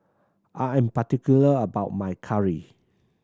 I am particular about my curry